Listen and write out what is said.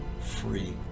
free